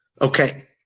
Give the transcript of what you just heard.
Okay